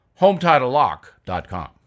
HometitleLock.com